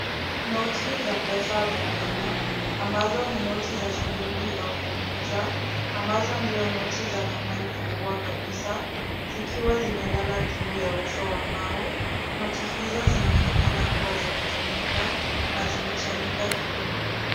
Noti za pesa za Kenya, ambazo ni noti za shilingi elfu moja, ambazo ndio noti za dhamani kubwa kabisa, zikiwa zimelala juu ya uso wa mbao. Noti hizo zinaonekana kuwa zimetumika na zimechanika kidogo.